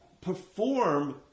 perform